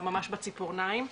ממש בציפורניים.